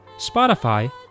Spotify